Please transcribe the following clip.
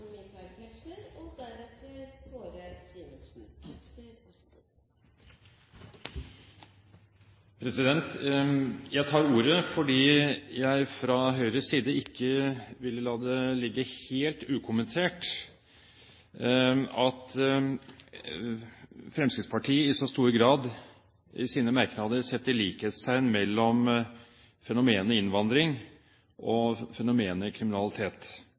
Jeg tar ordet fordi jeg fra Høyres side ikke ville la det ligge helt ukommentert at Fremskrittspartiet i så stor grad i sine merknader setter likhetstegn mellom fenomenet innvandring og fenomenet kriminalitet.